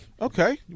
Okay